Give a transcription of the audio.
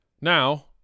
Now